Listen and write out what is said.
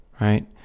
right